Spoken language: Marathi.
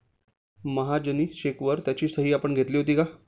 महाजनी चेकवर त्याची सही आपण घेतली होती का?